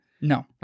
No